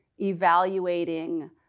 evaluating